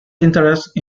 interested